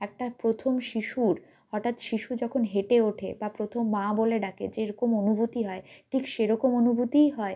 একটা প্রথম শিশুর হঠাৎ শিশু যখন হেঁটে ওঠে বা প্রথম মা বলে ডাকে যেরকম অনুভূতি হয় ঠিক সেরকম অনুভূতিই হয়